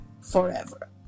forever